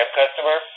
customer